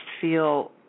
feel